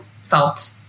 felt